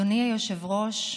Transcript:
אדוני היושב-ראש,